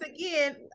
again